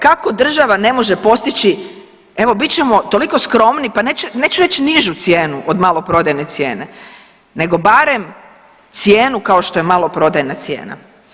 Kako država ne može postići evo bit ćemo toliko skromni pa neću reći nižu cijenu od maloprodajne cijene, nego barem cijenu kao što je maloprodajna cijena.